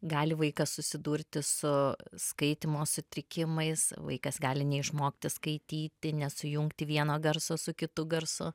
gali vaikas susidurti su skaitymo sutrikimais vaikas gali neišmokti skaityti nesujungti vieno garso su kitu garsu